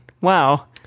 Wow